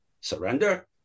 surrender